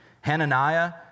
Hananiah